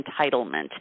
Entitlement